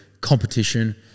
competition